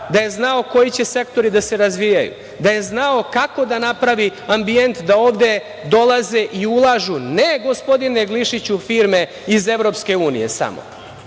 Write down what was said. da je znao koji će sektori da se razvijaju, da je znao kako da napravi ambijent da ovde dolaze i ulažu, ne, gospodine Glišiću, samo firme iz EU, nije se